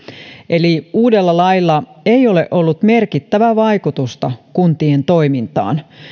eli uudella lailla ei ole ollut merkittävää vaikutusta kuntien toimintaan